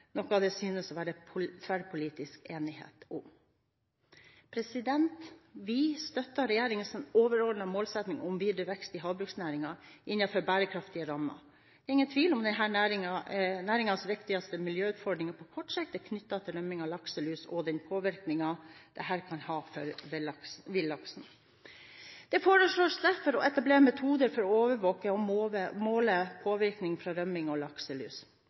noe det synes å være tverrpolitisk enighet om. Vi støtter regjeringens overordnede målsetting om videre vekst i havbruksnæringen innenfor bærekraftige rammer. Det er ingen tvil om at næringens viktigste miljøutfordringer på kort sikt er knyttet til rømming og lakselus, og den påvirkningen dette kan ha på villaksen. Det foreslås derfor å etablere metoder for å overvåke og måle påvirkning fra rømming og lakselus.